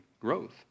growth